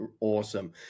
awesome